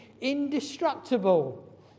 indestructible